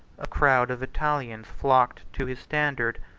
a crowd of italians flocked to his standard,